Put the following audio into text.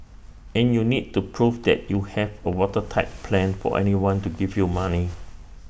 and you need to prove that you have A watertight plan for anyone to give you money